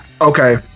okay